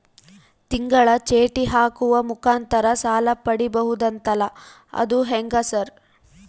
ತಿಂಗಳ ಚೇಟಿ ಹಾಕುವ ಮುಖಾಂತರ ಸಾಲ ಪಡಿಬಹುದಂತಲ ಅದು ಹೆಂಗ ಸರ್?